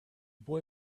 boy